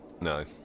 No